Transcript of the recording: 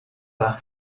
par